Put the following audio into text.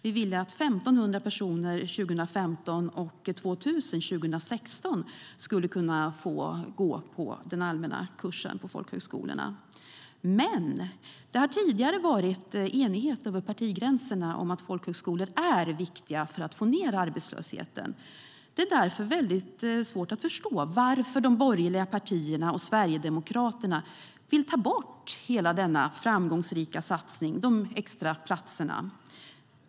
Vi ville att 1 500 personer 2015 och 2 000 personer 2016 skulle kunna få gå den allmänna kursen på folkhögskolorna. Det har tidigare varit enighet över partigränserna om att folkhögskolor är viktiga för att få ned arbetslösheten. Det är därför väldigt svårt att förstå varför de borgerliga partierna och Sverigedemokraterna vill ta bort hela denna framgångsrika satsning och de extra platserna.